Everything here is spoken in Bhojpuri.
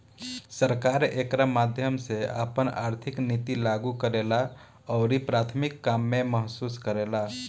सरकार एकरा माध्यम से आपन आर्थिक निति लागू करेला अउरी प्राथमिक काम के महसूस करेला